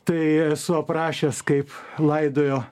tai esu aprašęs kaip laidojo